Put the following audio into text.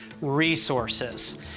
resources